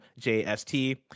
JST